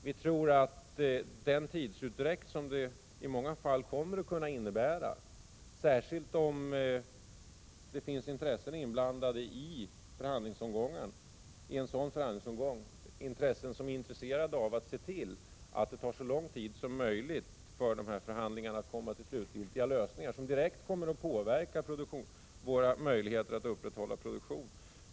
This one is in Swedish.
Vi tror att det i många fall kommer att innebära en tidsutdräkt, särskilt om det finns intressen inblandade som försöker se till att det tar så lång tid som möjligt att komma till slutgiltiga lösningar, vilket direkt kommer att påverka våra möjligheter att upprätthålla produktionen.